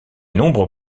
nombres